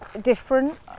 different